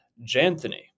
Janthony